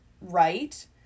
right